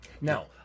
Now